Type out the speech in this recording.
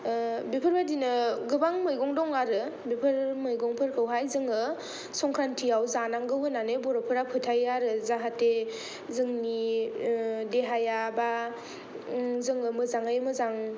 बेफोरबादिनो गोबां मैगं दं आरो बेफोर मैगंफोरखौहाय जोङो संक्रान्थियाव जानांगौ होननानै बर'फ्रा फोथायो आरो जाहाथे जोंनि देहाया बा जोङो मोजाङै मोजां